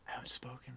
outspoken